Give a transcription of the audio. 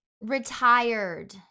retired